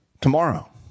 tomorrow